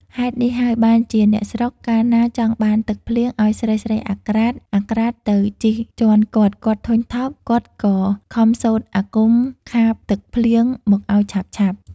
ហេតុនេះហើយ បានជាអ្នកស្រុក កាលណាចង់បានទឹកភ្លៀង ឲ្យស្រីៗអាក្រាតៗទៅជិះជាន់គាត់ៗ ធុញថប់ គាត់ក៏ខំសូត្រអាគមខាបទឹកភ្លៀងមកឲ្យឆាប់ៗ។